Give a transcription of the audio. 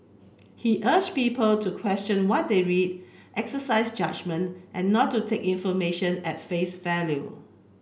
he urged people to question what they read exercise judgement and not to take information at face value